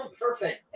Perfect